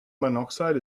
monoxide